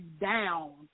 down